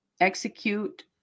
execute